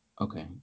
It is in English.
okay